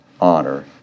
honor